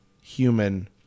human